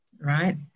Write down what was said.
Right